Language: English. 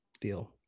deal